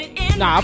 Nah